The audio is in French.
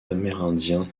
amérindiens